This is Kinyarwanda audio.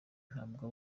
ntabwo